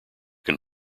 can